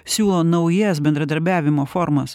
siūlo naujas bendradarbiavimo formas